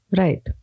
right